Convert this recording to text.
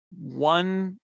one